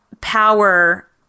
power